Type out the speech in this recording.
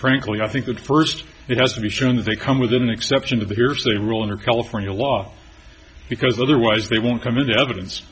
frankly i think that first it has to be shown that they come with an exception to the hearsay rule under california law because otherwise they won't come into evidence